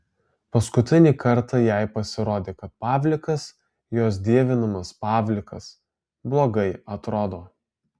paskutinį kartą jai pasirodė kad pavlikas jos dievinamas pavlikas blogai atrodo